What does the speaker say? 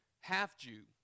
half-Jew